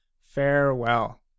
Farewell